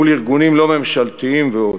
מול ארגונים לא ממשלתיים ועוד.